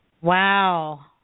Wow